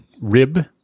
rib